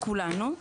אלא כולנו,